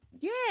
Yes